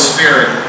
Spirit